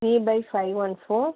three by five one four